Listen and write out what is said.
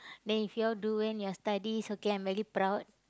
then if you all do well in your studies okay I'm very proud